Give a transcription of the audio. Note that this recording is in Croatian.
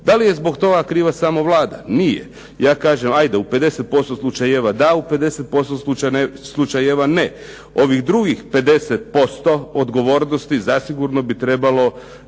Da li je zbog toga kriva samo Vlada? Nije. Ja kažem ajde u 50% slučajeva da, u 50% slučajeva ne. Ovih drugih 50% odgovornosti zasigurno bi trebalo